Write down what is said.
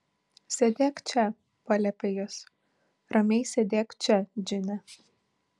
sėdėk čia paliepė jis ramiai sėdėk čia džine